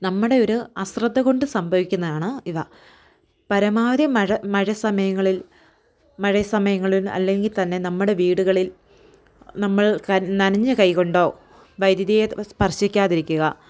നമ്മുടെ ഒര് അശ്രദ്ധ കൊണ്ട് സംഭവിക്കുന്നതാണ് ഇവ പരമാവധി മഴ മഴ സമയങ്ങളിൽ മഴ സമയങ്ങളിൽ അല്ലെങ്കിൽ തന്നെ നമ്മുടെ വീടുകളിൽ നമ്മൾ ക നനഞ്ഞ കൈ കൊണ്ടോ വൈദ്യുതിയെ തൊ സ്പർശിക്കാതിരിക്കുക